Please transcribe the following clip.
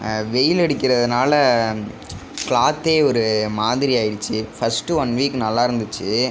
வெயில் அடிக்கிறதனால கிளாத்தே ஒரு மாதிரியாயிடுச்சு ஃபர்ஸ்ட் ஒரு ஒன் வீக் நல்லா இருந்துச்சு